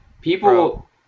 people